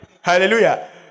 Hallelujah